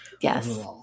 Yes